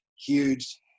huge